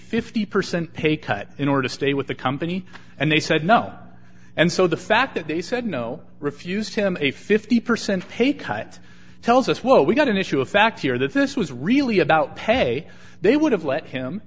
fifty percent pay cut in order to stay with the company and they said no and so the fact that they said no refused him a fifty percent pay cut tells us what we got an issue of fact here that this was really about pay they would have let him